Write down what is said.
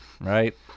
right